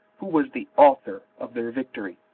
who was the author of their victory.